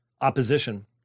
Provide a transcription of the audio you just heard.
opposition